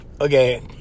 okay